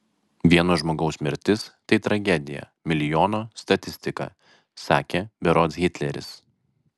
vieno žmogaus mirtis tai tragedija milijono statistika sakė berods hitleris